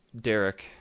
Derek